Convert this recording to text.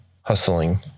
hustling